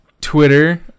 Twitter